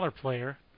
player